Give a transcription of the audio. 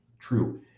True